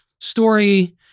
story